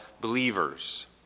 believers